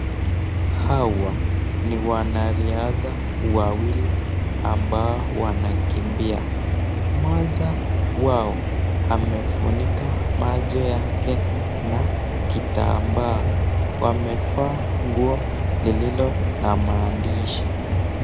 Hawa ni wanariadha wawili ambao wanakimbia . Mmoja wao amefunika macho yake na kitambaa . Wamevaa nguo lililo na maandishi .